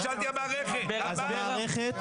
שאלתי על המערכת כמערכת.